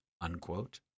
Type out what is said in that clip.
Unquote